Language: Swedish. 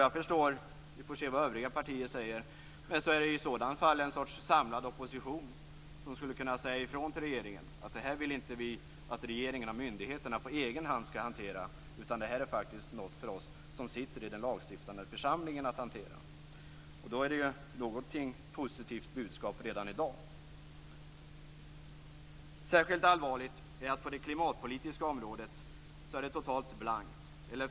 Vi får väl se vad övriga partier säger, men såvitt jag förstår finns det i sådant fall en sorts samlad opposition som skulle kunna säga ifrån till regeringen att man inte vill att regeringen och myndigheterna på egen hand skall hantera detta utan att detta faktiskt är något för dem som sitter i den lagstiftande församlingen att hantera. Då finns det ett positivt budskap redan i dag. Särskilt allvarligt är att det är helt blankt på det klimatpolitiska området.